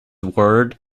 word